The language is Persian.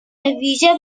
ویژه